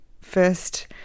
first